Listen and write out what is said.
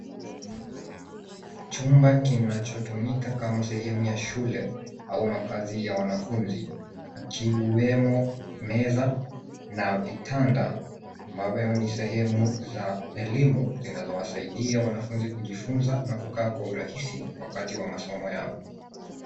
Chumba kinachotumika kama sehemu ya shule au makazi ya wanafunzi ikiwemo meza na vitanda ambavyo ni sehemu za elimu zinazowasaidia wanafunzi kujifunza na kukaa kwa urahisi wakati wa masomo yao.